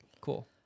cool